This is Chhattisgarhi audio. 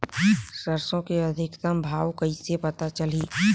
सरसो के अधिकतम भाव कइसे पता चलही?